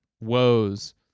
woes